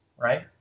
right